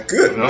Good